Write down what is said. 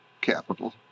capital